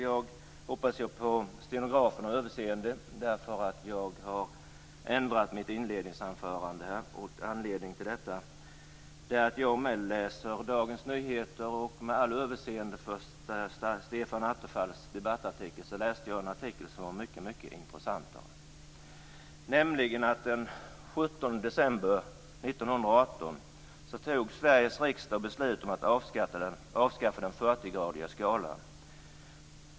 Jag hoppas på stenografernas överseende, därför att jag har ändrat mitt inledningsanförande här. Anledningen till detta är att jag läser Dagens Nyheter, och med allt överseende för Stefan Attefalls debattartikel läste jag en artikel som var mycket mer intressant. Den 17 december 1918 fattade Sveriges riksdag beslut om att avskaffa den 40-gradiga skalan.